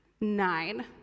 nine